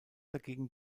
dagegen